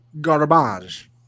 garbage